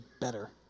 better